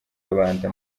rubanda